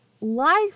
life